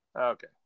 Okay